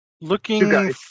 looking